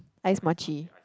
ice mochi